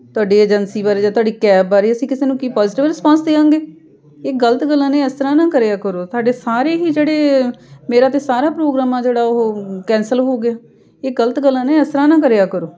ਤੁਹਾਡੀ ਏਜੰਸੀ ਬਾਰੇ ਜਾਂ ਤੁਹਾਡੀ ਕੈਬ ਬਾਰੇ ਅਸੀਂ ਕਿਸੇ ਨੂੰ ਕੀ ਪੋਜੀਟਿਵ ਰਿਸਪੋਂਸ ਦਿਆਂਗੇ ਇਹ ਗਲਤ ਗੱਲਾਂ ਨੇ ਇਸ ਤਰ੍ਹਾਂ ਨਾ ਕਰਿਆ ਕਰੋ ਤੁਹਾਡੇ ਸਾਰੇ ਹੀ ਜਿਹੜੇ ਮੇਰਾ ਤਾਂ ਸਾਰਾ ਪ੍ਰੋਗਰਾਮ ਆ ਜਿਹੜਾ ਉਹ ਕੈਂਸਲ ਹੋ ਗਿਆ ਇਹ ਗਲਤ ਗੱਲਾਂ ਨੇ ਇਸ ਤਰ੍ਹਾਂ ਨਾ ਕਰਿਆ ਕਰੋ